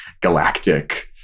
galactic